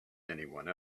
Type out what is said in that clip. anyone